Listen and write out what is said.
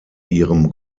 ihrem